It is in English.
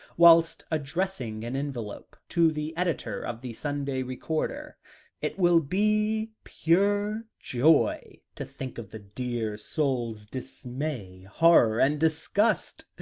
whilst addressing an envelope to the editor of the sunday recorder it will be pure joy to think of the dear soul's dismay, horror, and disgust.